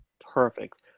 Perfect